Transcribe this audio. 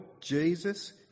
Jesus